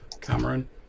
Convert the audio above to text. Cameron